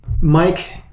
Mike